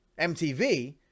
MTV